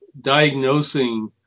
diagnosing